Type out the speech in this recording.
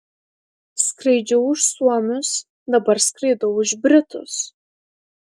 skraidžiau už suomius dabar skraidau už britus